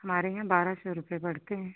हमारे यहाँ बारह सौ रुपये पड़ते हैं